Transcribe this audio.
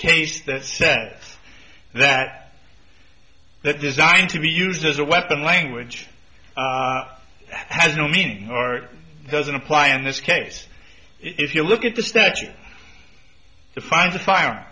case that said that that designed to be used as a weapon language has no meaning or doesn't apply in this case if you look at the statute defines the fire